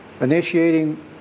initiating